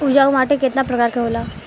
उपजाऊ माटी केतना प्रकार के होला?